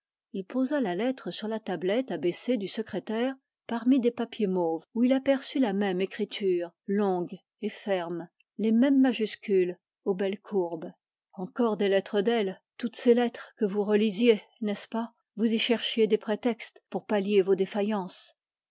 il posa la lettre sur la tablette du secrétaire parmi des papiers mauves où il aperçut la même écriture longue et ferme les mêmes majuscules aux belles courbes encore des lettres d'elle que vous relisiez n'est-ce pas vous y cherchiez des prétextes pour pallier vos défaillances